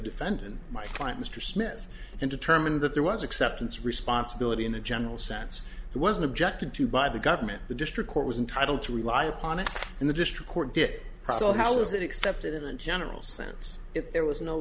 defendant my client mr smith and determined that there was acceptance responsibility in a general sense he wasn't objected to by the government the district court was entitled to rely upon it and the district court did so how is it accepted in a general sense if there was no